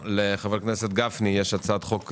לחבר הכנסת גפני יש הצעת חוק זהה.